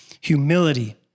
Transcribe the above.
Humility